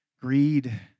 greed